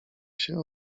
się